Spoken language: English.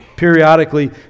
Periodically